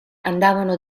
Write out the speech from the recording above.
andavano